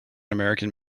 american